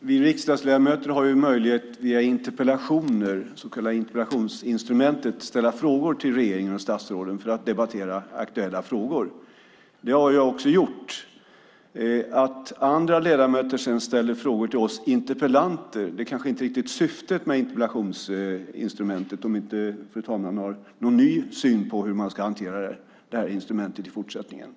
Vi riksdagsledamöter har möjlighet att via interpellationer, det så kallade interpellationsinstrumentet, ställa frågor till regeringen och statsråden för att debattera aktuella frågor. Det har jag också gjort. Att andra ledamöter sedan ställer frågor till oss interpellanter är kanske inte riktigt syftet med interpellationsinstrumentet, om inte fru talman har någon ny syn på hur man ska hantera det här instrumentet i fortsättningen.